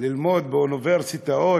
ללמוד באוניברסיטאות,